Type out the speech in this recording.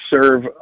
serve